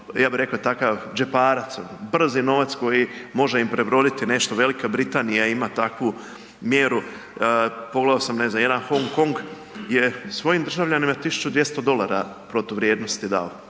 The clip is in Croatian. osigurale takav džeparac, brzi novac koji može im prebroditi nešto. Velika Britanija ima takvu mjeru, pogledao sam ne znam jedan Hong Kong je svojim državljanima 1200 dolara protuvrijednosti dao,